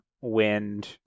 wind